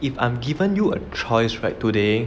if I'm given you a choice right today